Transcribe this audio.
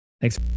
Thanks